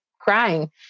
crying